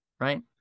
right